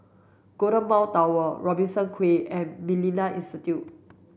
Golden Mile Tower Robertson Quay and Millennia Institute